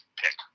pick